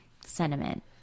sentiment